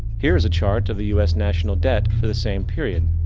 here is a chart to the us national debt for the same period.